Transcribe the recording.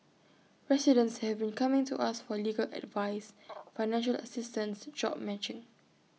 residents have been coming to us for legal advice financial assistance job matching